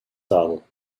saddle